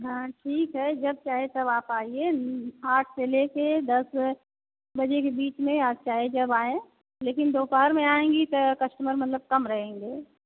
हाँ ठीक है जब चाहे तब आप आइए आठ से लेकर दस बजे के बीच में आप चाहे जब आएं लेकिन दोपहर में आएँगी तो कस्टमर मतलब कम रहेंगे